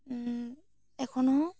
ᱮᱠᱷᱚᱱᱚ